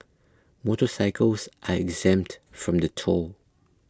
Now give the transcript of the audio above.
motorcycles are exempt from the toll